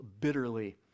bitterly